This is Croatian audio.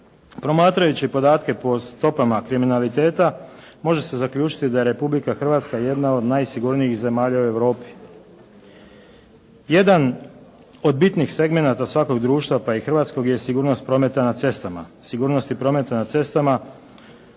Promatrajući podatke po stopama kriminaliteta može se zaključiti da je Republika Hrvatska jedna od najsigurnijih zemalja u Europi. Jedan od bitnih segmenata svakog društva pa i hrvatskog je sigurnost prometa na cestama.